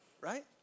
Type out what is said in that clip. Right